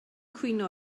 cwyno